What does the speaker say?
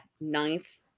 ninth